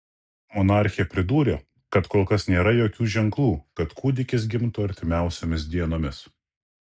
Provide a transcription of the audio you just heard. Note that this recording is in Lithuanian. monarchė pridūrė kad kol kas nėra jokių ženklų kad kūdikis gimtų artimiausiomis dienomis